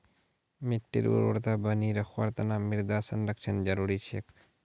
मिट्टीर उर्वरता बनई रखवार तना मृदा संरक्षण जरुरी छेक